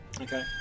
Okay